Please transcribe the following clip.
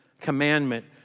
commandment